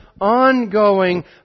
ongoing